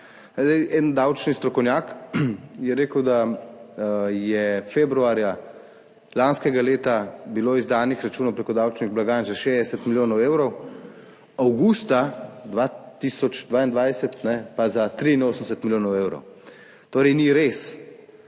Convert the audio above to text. Zdaj en davčni strokovnjak je rekel, da je februarja lanskega leta bilo izdanih računov preko davčnih blagajn za 60 milijonov evrov, avgusta 2022 pa za 83 milijonov evrov. Torej ni res,